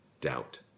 doubt